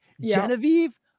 Genevieve